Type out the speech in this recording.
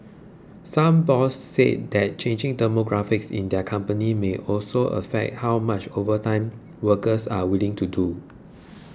some bosses said that changing demographics in their companies may also affect how much overtime workers are willing to do